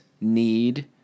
need